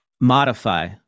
modify